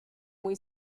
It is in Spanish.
muy